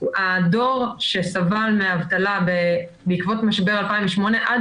הדור שסבל מאבטלה בעקבות משבר 2008 עד